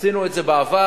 עשינו את זה בעבר.